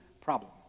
problem